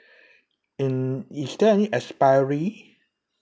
and is there any expiry